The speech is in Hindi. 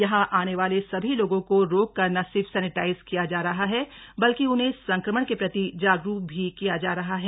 यहां आने वाले सभी लोगों को रोक कर न सिर्फ सैनेटाइज किया जा रहा है बल्कि उन्हें संक्रमण के प्रति जागरूक भी किया जा रहा है